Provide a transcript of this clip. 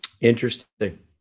Interesting